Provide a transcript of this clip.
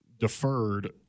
deferred